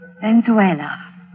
Venezuela